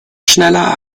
schneller